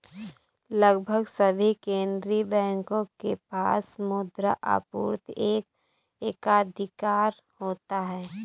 लगभग सभी केंदीय बैंकों के पास मुद्रा आपूर्ति पर एकाधिकार होता है